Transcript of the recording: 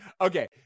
Okay